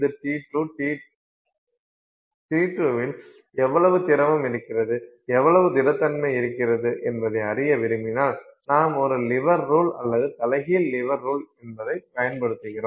T2 இல் எவ்வளவு திரவம் இருக்கிறது எவ்வளவு திடத்தன்மை இருக்கிறது என்பதை அறிய விரும்பினால் நாம் ஒரு லிவர் ரூல் அல்லது தலைகீழ் லிவர் ரூல் என்பதை பயன்படுத்துகிறோம்